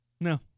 No